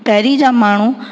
पहिरीं जा माण्हू